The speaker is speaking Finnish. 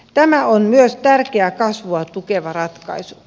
tämä on myös tärkeä kasvua tukeva ratkaisu